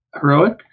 Heroic